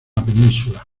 península